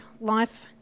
life